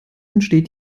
entsteht